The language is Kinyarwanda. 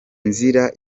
nzira